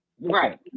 right